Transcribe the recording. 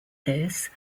this